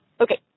Okay